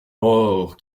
morts